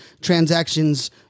transactions